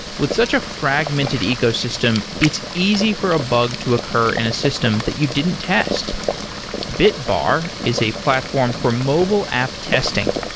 with such a fragmented ecosystem, it's easy for a bug to occur in a system that you didn't test bitbar is a platform for mobile app testing.